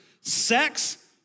Sex